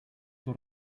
what